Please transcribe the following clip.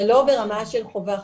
זה לא ברמה של חובה חוקית,